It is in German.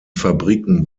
fabriken